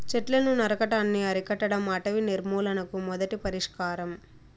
చెట్లను నరకటాన్ని అరికట్టడం అటవీ నిర్మూలనకు మొదటి పరిష్కారం